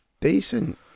Decent